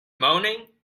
moaning